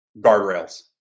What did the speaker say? guardrails